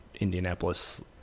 Indianapolis